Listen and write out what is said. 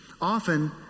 Often